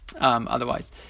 Otherwise